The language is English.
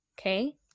okay